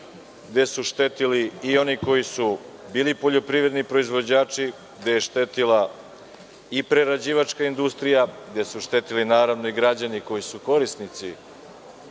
gde su štetili i oni koji su bili poljoprivredni proizvođači, gde je štetila i prerađivačka industrija, gde su štetili, naravno, i građani koji su korisnici